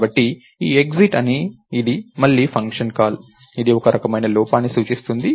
కాబట్టి ఈ exit ఇది మళ్లీ ఫంక్షన్ కాల్ ఇది ఒక రకమైన లోపాన్ని సూచిస్తుంది